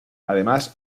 además